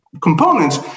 components